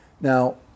Now